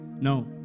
No